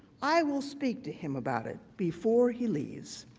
i will speak to him about it. before he leaves.